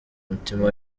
mutima